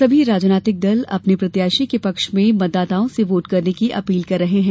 सभी राजनैतिक दल अपना प्रत्याशी के पक्ष में मतदाताओं से वोट देने की अपील कर रहे हैं